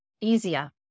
easier